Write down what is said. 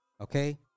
okay